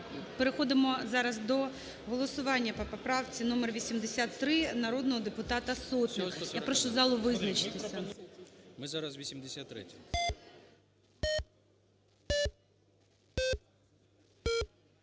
Переходимо зараз до голосування по поправці № 83 народного депутата Сотник. Я прошу залу визначитися.